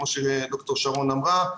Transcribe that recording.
כמו שד"ר שרון אמרה,